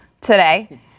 today